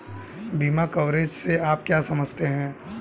बीमा कवरेज से आप क्या समझते हैं?